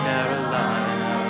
Carolina